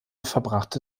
verbrachte